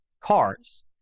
cars